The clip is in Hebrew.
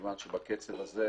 מכיוון שבקצב הזה,